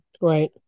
Right